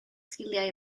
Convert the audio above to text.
sgiliau